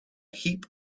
heap